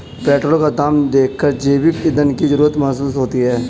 petrol का दाम देखकर जैविक ईंधन की जरूरत महसूस होती है